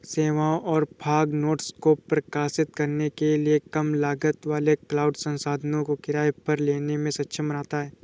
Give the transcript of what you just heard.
सेवाओं और fog nodes को प्रकाशित करने के लिए कम लागत वाले क्लाउड संसाधनों को किराए पर लेने में सक्षम बनाता है